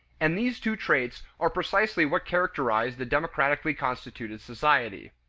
and these two traits are precisely what characterize the democratically constituted society.